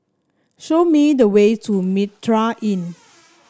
show me the way to Mitraa Inn